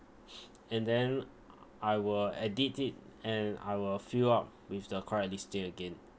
and then I will edit it and I will fill up with the correct listing again